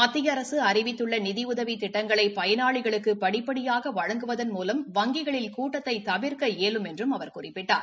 மத்திய அரசு அறிவித்துள்ள நிதி உதவி திட்டங்களை பயனாளிகளுக்கு படிப்படியாக வழங்குவதன் மூலம் வங்கிகளில் கூட்டத்தை தவிர்க்க இயலும் என்றும் அவர் குறிப்பிட்டார்